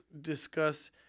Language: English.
discuss